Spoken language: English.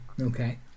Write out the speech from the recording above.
okay